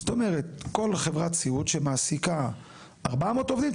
זאת אומרת כל חברת סיעוד שמעסיקה 400 עובדים,